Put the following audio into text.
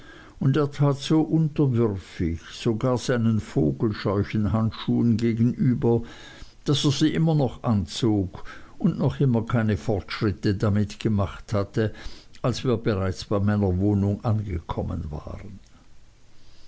und er tat so unterwürfig sogar seinen vogelscheuchenhandschuhen gegenüber daß er sie immer noch anzog und noch immer keine fortschritte damit gemacht hatte als wir bereits bei meiner wohnung angekommen waren